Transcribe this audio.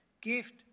gift